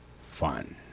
fun